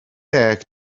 deg